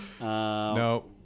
No